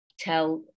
tell